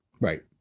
Right